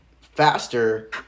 faster